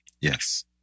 Yes